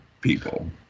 people